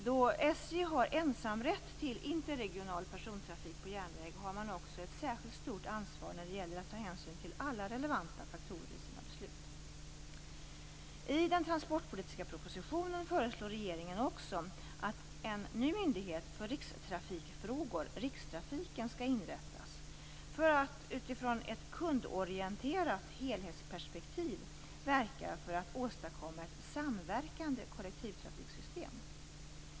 Då SJ har ensamrätt till interregional persontrafik på järnväg har man också ett särskilt stort ansvar när det gäller att ta hänsyn till alla relevanta faktorer i sina beslut. I den transportpolitiska propositionen föreslår regeringen också att en ny myndighet för rikstrafikfrågor, rikstrafiken, skall inrättas för att utifrån ett kundorienterat helhetsperspektiv verka för att åstadkomma ett samverkande kollektivtrafiksystem.